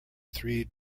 three